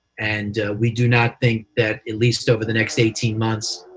and we do not think that, at least over the next eighteen months,